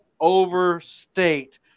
overstate